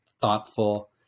thoughtful